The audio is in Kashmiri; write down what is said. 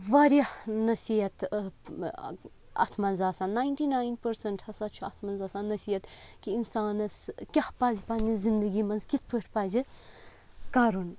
واریاہ نصیَٖحت اَتھ منٛز آسان ناینٹی نایِن پٔرسَنٹ ہَسا چھُ اَتھ منٛز آسان نصیَحت کہِ اِنسانَس کیٛاہ پَزِ پَنٕنہِ زِنٛدگی منٛز کِتھٕ پٲٹھۍ پَزِ کَرُن